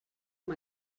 amb